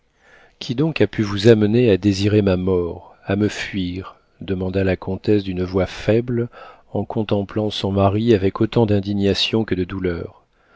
qui donc a pu vous amener à désirer ma mort à me fuir demanda la comtesse d'une voix faible en contemplant son mari avec autant d'indignation que de douleur